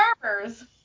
farmers